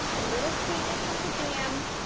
a little sweetness from the jam,